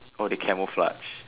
oh they camouflage